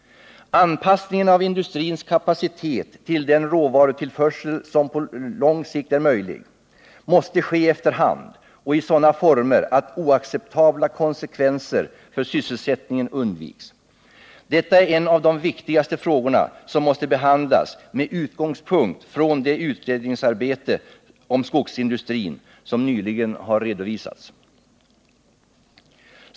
Anpassningen av industrins kapacitet till den råvarutillförsel som på lång sikt är möjlig måste ske efter hand och i sådana former att oacceptabla konsekvenser för sysselsättningen undviks. Detta är en av de viktigaste frågor som måste behandlas med utgångspunkt i det utredningsarbete om skogsindustrin som nyligen har redovisats.